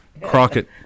Crockett